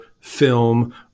film